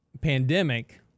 pandemic